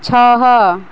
ଛଅ